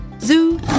Zoo